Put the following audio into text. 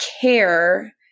care